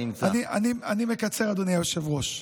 אני מקצר, אדוני היושב-ראש.